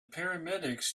paramedics